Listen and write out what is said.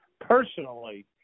personally